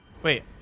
Wait